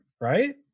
right